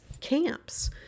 camps